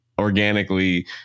organically